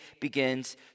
begins